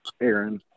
Aaron